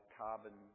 carbon